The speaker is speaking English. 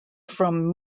from